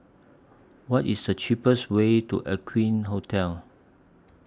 What IS The cheapest Way to Aqueen Hotel